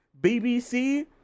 BBC